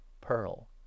pearl